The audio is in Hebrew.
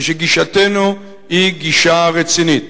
כי גישתנו היא גישה רצינית.